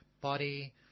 body